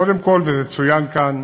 קודם כול, וזה צוין כאן,